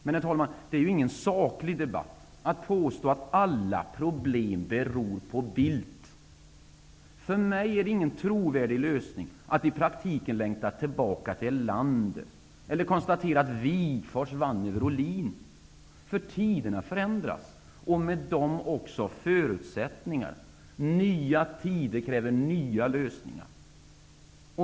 Men det är ingen saklig debatt att påstå att alla problem beror på Bildt. För mig är det ingen trovärdig lösning att i praktiken längta tillbaka till Erlander, eller konstatera att Wigforss vann över Ohlin. Tiderna förändras, och med dem också förutsättningarna. Nya tider kräver nya lösningar.